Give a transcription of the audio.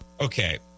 Okay